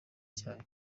cyayo